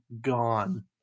gone